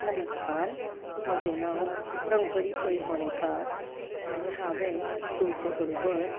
नमस्कार म्हजें नांव शंकरी पै फोंडेकार आनी हांवें तुमचे बरोबर